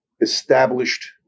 established